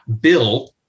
Bill